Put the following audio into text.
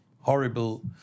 horrible